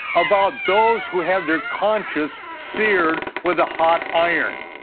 about those who have their conscience seared with a hot iron.